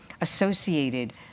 associated